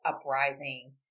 uprising